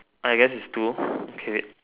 I guess is two okay